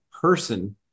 person